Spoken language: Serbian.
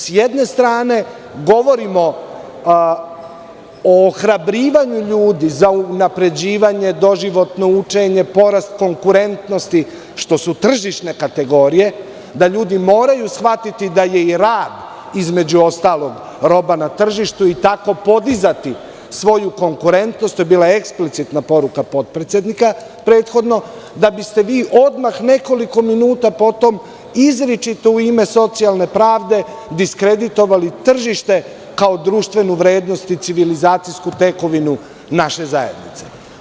Sa jedne strane govorimo o ohrabrivanju ljudi za unapređivanje, doživotno učenje, porast konkurentnosti, što su tržišne kategorije, da ljudi moraju shvatiti da je i rad između ostalog roba na tržištu i tako podizati svoju konkurentnost, to je bila eksplicitna poruka potpredsednika, da bi ste vi odmah nekoliko minuta potom izričito u ime socijalne pravde diskreditovali tržište kao društvenu vrednost i civilizacijsku tekovinu naše zajednice.